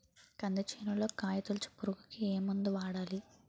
కంది చేనులో కాయతోలుచు పురుగుకి ఏ మందు వాడాలి?